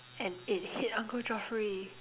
and it hit uncle Geoffrey